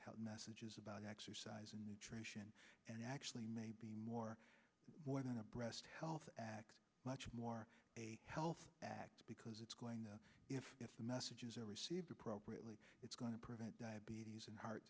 health messages about exercise and nutrition and actually maybe more when a breast health act much more a health act because it's going to if the messages are received appropriately it's going to prevent diabetes and heart